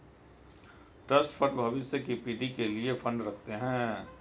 trust fund भविष्य की पीढ़ी के लिए फंड रखते हैं